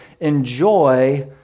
enjoy